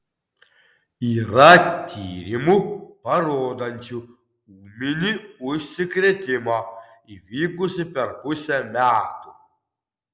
yra tyrimų parodančių ūminį užsikrėtimą įvykusį per pusę metų